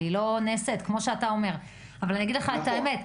אני אגיד לך את האמת,